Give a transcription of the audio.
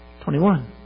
Twenty-one